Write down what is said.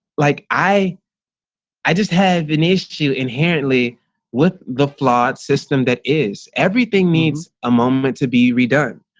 like i i just have an issue inherently with the flawed system that is everything needs a moment to be redone.